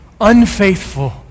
unfaithful